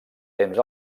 temps